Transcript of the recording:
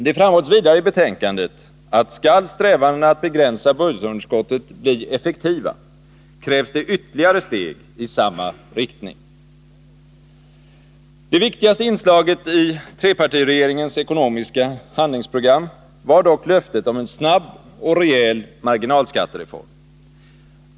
Det framhålls vidare i betänkandet att skall strävandena att begränsa budgetunderskottet bli effektiva, krävs det ytterligare steg i samma riktning. Det viktigaste inslaget i trepartiregeringens ekonomiska handlingsprogram var dock löftet om en snabb och rejäl marginalskattereform.